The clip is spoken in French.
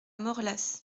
morlaàs